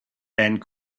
and